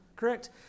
correct